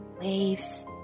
waves